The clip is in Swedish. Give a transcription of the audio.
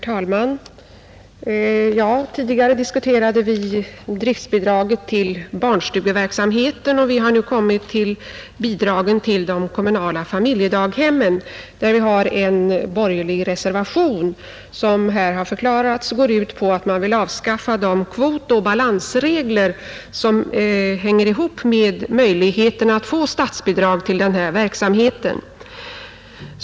Herr talman! Tidigare diskuterade vi driftbidraget till barnstugeverksamheten, och vi har nu kommit till bidragen till de kommunala familjedaghemmen. Det föreligger en borgerlig reservation, och det har här förklarats att den går ut på att man vill avskaffa de kvotoch balansregler som hänger ihop med möjligheterna att få statsbidrag till denna verksamhet.